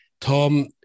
Tom